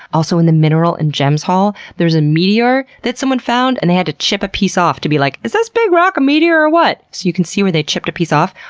also in the mineral and gems hall, there's a meteor that someone found and they had to chip a piece off to be like, is this big rock a meteor or what? so you can see where they chipped a piece off.